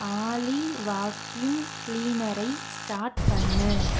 ஆலி வாக்யூம் கிளீனரை ஸ்டார்ட் பண்ணு